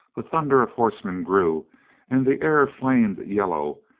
the thunder of horsemen grew and the air flamed yellow,